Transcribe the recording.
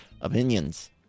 opinions